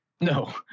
no